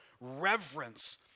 reverence